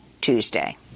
Tuesday